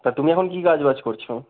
তা তুমি এখন কী কাজবাজ করছো